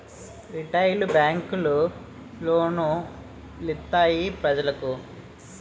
retail బేంకులు loan లిత్తాయి పెజలకు